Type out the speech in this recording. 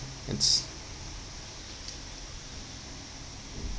it's